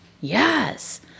Yes